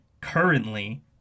currently